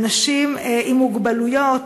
אנשים עם מוגבלות,